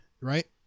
right